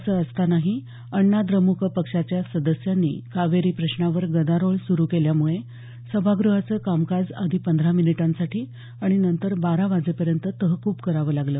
असं असतानाही अण्णा द्रमुक पक्षाच्या सदस्यांनी कावेरी प्रश्नावर गदारोळ सुरू केल्यामुळे सभागृहाचं कामकाज आधी पंधरा मिनिटांसाठी आणि नंतर बारा वाजेपर्यंत तहकूब करावं लागलं